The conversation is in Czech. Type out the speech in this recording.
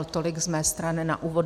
Tolik z mé strany na úvod.